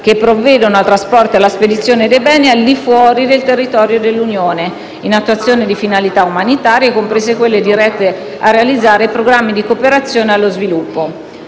che provvedono al trasporto e alla spedizione dei beni al di fuori del territorio dell'Unione in attuazione di finalità umanitarie, comprese quelle dirette a realizzare programmi di cooperazione allo sviluppo.